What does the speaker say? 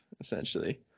essentially